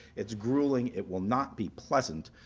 it's grueling. it will not be pleasant,